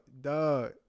duh